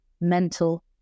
mental